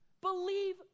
Believe